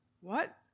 What